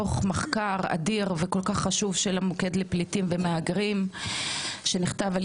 דוח מחקר אדיר וכל כך חשוב של המוקד לפליטים ומהגרים שנכתב על